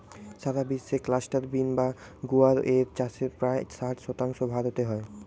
সারা বিশ্বে cluster bean বা গুয়ার এর চাষের প্রায় ষাট শতাংশ ভারতে হয়